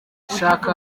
shaka